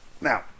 Now